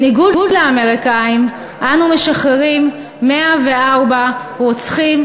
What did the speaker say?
בניגוד לאמריקנים אנו משחררים 104 רוצחים